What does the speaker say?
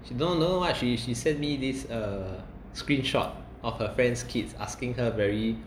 she don't know what she she sent me this a screenshot of her friend's kids asking her very